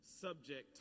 subject